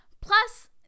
plus